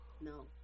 no